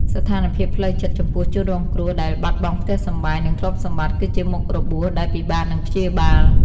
ស្ថានភាពផ្លូវចិត្តចំពោះជនរងគ្រោះដែលបាត់បង់ផ្ទះសម្បែង និងទ្រព្យសម្បត្តិគឺជាមុខរបួសដែលពិបាកនឹងព្យាបាល។